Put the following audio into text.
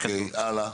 אוקיי, הלאה.